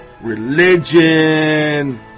religion